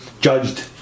judged